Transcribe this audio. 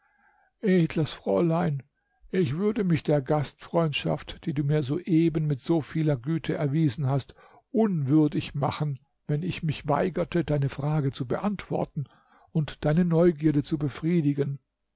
edles fräulein ich würde mich der gastfreundschaft die du mir soeben mit so vieler güte erwiesen hast unwürdig machen wenn ich mich weigerte deine frage zu beantworten und deine neugierde zu befriedigen